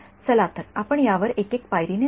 चला तर आपण यावर एक एक पायरीने जाऊ